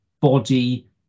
body